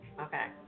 Okay